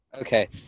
Okay